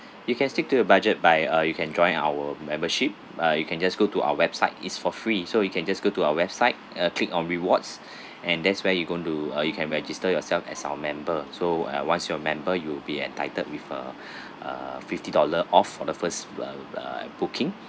you can stick to your budget by uh you can join our membership uh you can just go to our website it's for free so you can just go to our website uh click on rewards and that's where you going to uh you can register yourself as our member so uh once you're a member you'll be entitled with a a fifty dollar off for the first uh uh booking